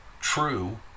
true